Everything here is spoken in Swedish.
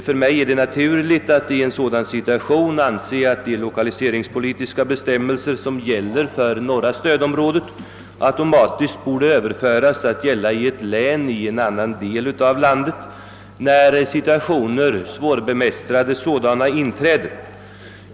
För mig är det naturligt att anse att de lokaliseringspolitiska bestämmelser som gäller för norra stödområdet automatiskt borde överföras att gälla i ett län i annan del av landet när svårbemästrade situationer inträder.